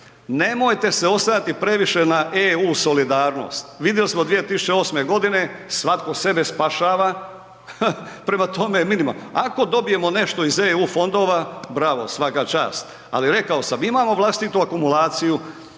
nemojte se oslanjati previše na eu solidarnost, vidjeli smo 2008. godine svatko sebe spašava, prema tome, ako dobijemo nešto iz eu fondova bravo, svaka čast. Ali rekao sam imamo vlastitu akumulaciju